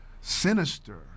sinister